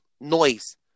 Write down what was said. noise